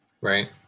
Right